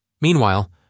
Meanwhile